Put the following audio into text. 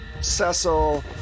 cecil